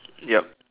yup